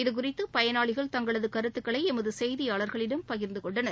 இது குறித்து பயனாளிகள் தங்களது கருத்துக்களை எமது செய்தியாள்களிடம் பகிர்ந்து கொண்டனர்